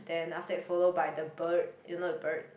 then after that follow by the bird you know the bird